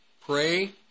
Pray